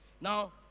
Now